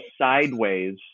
sideways